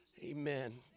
Amen